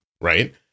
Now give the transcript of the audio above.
right